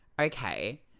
Okay